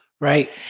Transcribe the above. Right